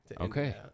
Okay